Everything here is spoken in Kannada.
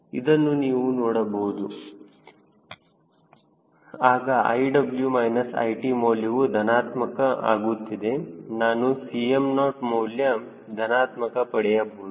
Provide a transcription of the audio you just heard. ಇದನ್ನು ನೀವು ನೋಡಬಹುದು ಆಗ i w minus i t ಮೌಲ್ಯವು ಧನಾತ್ಮಕ ಆಗುತ್ತಿದೆ ನಾನು Cm0 ಮೌಲ್ಯ ಧನಾತ್ಮಕ ಪಡೆಯಬಹುದು